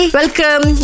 welcome